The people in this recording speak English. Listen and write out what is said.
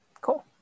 cool